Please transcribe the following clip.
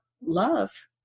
love